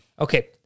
Okay